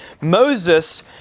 Moses